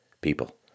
people